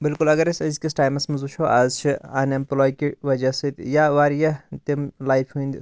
بِلکُل اگر أسۍ أزِکِس ٹایِمَس منٛز وٕچھو اَز چھِ اَن ایمپٕلاے کہِ وجہہ سۭتۍ یا واریاہ تِم لایِفہِ ہنٛدۍ